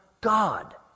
God